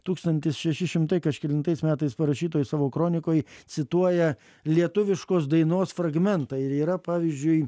tūkstantis šeši šimtai kažkelintais metais parašytoj savo kronikoj cituoja lietuviškos dainos fragmentą ir yra pavyzdžiui